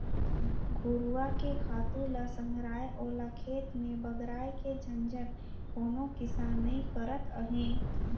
घुरूवा के खातू ल संघराय ओला खेत में बगराय के झंझट कोनो किसान नइ करत अंहे